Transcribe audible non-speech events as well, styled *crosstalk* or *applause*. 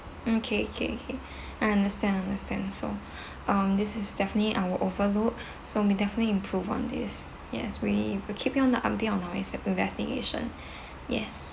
mm okay okay okay I understand understand so *breath* um this is definitely our overlook so we'll definitely improve on this yes we will keep you on the update on our investigation *breath* yes